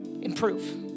improve